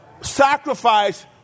sacrifice